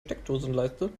steckdosenleiste